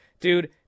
Dude